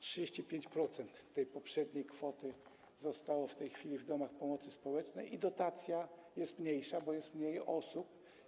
35% poprzedniej kwoty zostało w domach pomocy społecznej i dotacja jest mniejsza, bo jest mniej osób.